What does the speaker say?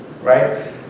right